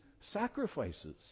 sacrifices